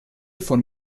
von